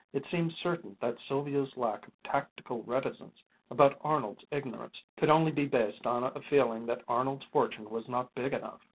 it seemed certain that sylvia's lack of tactful reticence about arnold's ignorance could only be based on a feeling that arnold's fortune was not big enough.